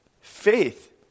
Faith